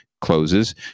closes